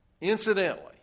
Incidentally